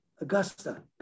Augusta